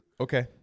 Okay